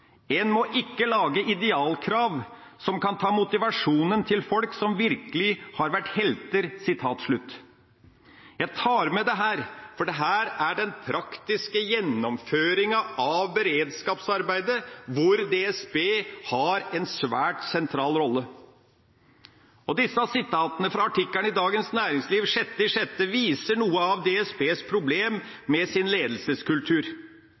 En må ikke lage idealkrav som kan ta motivasjonen til folk som virkelig har vært helter.» Jeg tar med dette, for dette er den praktiske gjennomføringa av beredskapsarbeidet, hvor DSB har en svært sentral rolle. Disse sitatene fra artikkelen i Dagens Næringsliv 6. juni viser noe av DSBs problem med sin ledelseskultur.